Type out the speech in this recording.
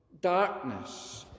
darkness